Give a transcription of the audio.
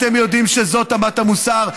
אתם יודעים שזו אמת המוסר.